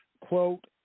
quote